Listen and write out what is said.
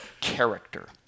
character